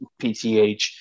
PTH